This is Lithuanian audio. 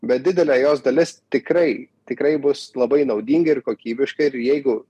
bet didelė jos dalis tikrai tikrai bus labai naudinga ir kokybiška ir jeigu